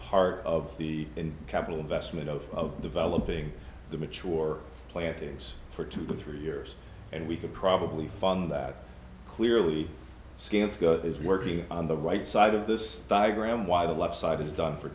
part of the capital investment of developing the mature plantings for two or three years and we could probably fund that clearly skin is working on the right side of this diagram why the left side is done for